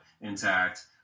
intact